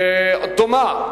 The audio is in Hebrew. דומה.